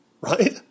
right